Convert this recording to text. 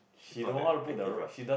she's not that active ah